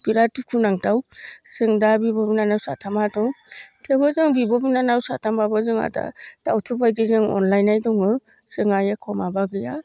बिराद दुखु नांथाव जों दा बिब' बिनानाव साथामा दं थेवबो जों बिब' बिनानाव साथामब्लाबो जोंहा दा दाउथु बायदि जोङो अनलायनाय दङ जोंहा एख माबा गैया